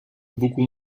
beaucoup